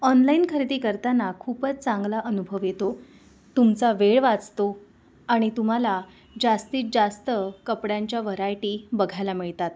online खरेदी करताना खूपच चांगला अनुभव येतो तुमचा वेळ वाचतो आणि तुम्हाला जास्तीत जास्त कपड्यांच्या व्हरायटी बघायला मिळतात